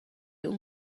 اون